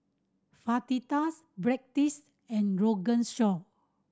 Fajitas Breadsticks and Rogan Josh